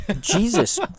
Jesus